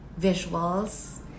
visuals